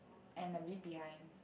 and a bib behind